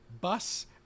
bus